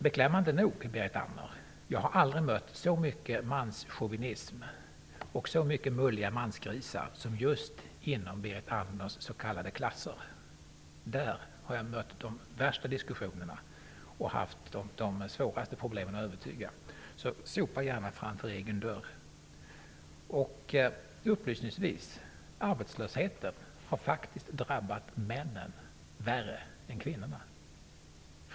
Beklämmande nog, Berit Andnor, har jag aldrig mött så mycket manschauvinism och så många mulliga mansgrisar som just inom Berit Andnors s.k. klasser. Där har jag hört de värsta diskussionerna och haft de största problemen att övertyga. Sopa gärna rent framför egen dörr först! Upplysningsvis, arbetslösheten har faktiskt drabbat männen värre än kvinnorna.